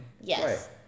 Yes